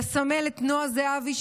גם לסמלת נועה זהבי,